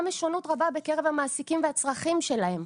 יש שונות רבה בקרב המעסיקים והצרכים שלהם.